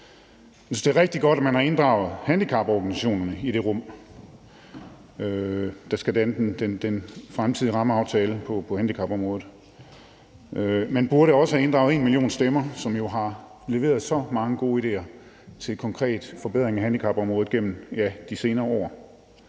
det er rigtig godt, at man har inddraget handicaporganisationerne i det rum, hvor den fremtidige rammeaftale på handicapområdet skal dannes. Man burde også have inddraget #enmillionstemmer, som jo har leveret så mange gode idéer til konkret forbedring af handicapområdet gennem de senere år.